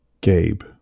Gabe